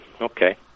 okay